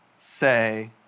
say